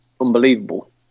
unbelievable